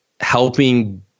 helping